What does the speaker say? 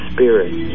Spirit